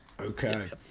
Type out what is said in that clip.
Okay